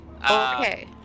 Okay